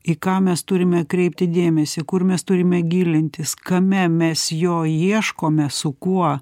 į ką mes turime kreipti dėmesį kur mes turime gilintis kame mes jo ieškome su kuo